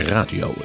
Radio